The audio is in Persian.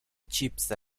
چیپس